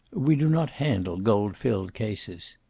we do not handle gold-filled cases.